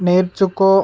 నేర్చుకో